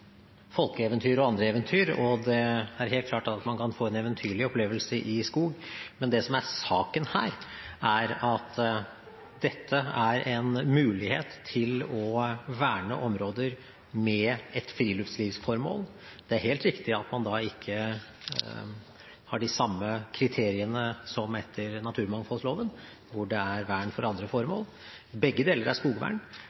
men det som er saken her, er at dette er en mulighet til å verne områder med et friluftslivsformål. Det er helt riktig at man da ikke har de samme kriteriene som etter naturmangfoldloven, hvor det er vern for andre